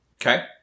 Okay